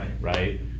Right